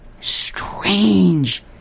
strange